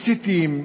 מסיתים,